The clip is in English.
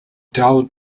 dow